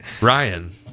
Ryan